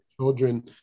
children